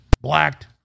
blacked